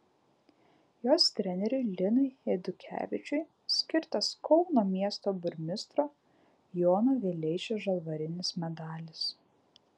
jos treneriui linui eidukevičiui skirtas kauno miesto burmistro jono vileišio žalvarinis medalis